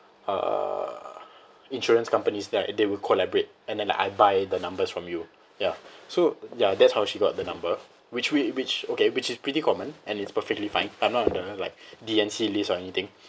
uh insurance companies right they will collaborate and then like I buy the numbers from you ya so ya that's how she got the number which we which okay which is pretty common and it's perfectly fine I'm not under like D_N_C list or anything